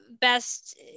best